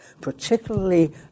particularly